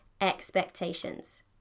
expectations